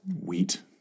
wheat